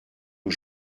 aux